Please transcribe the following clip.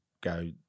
go –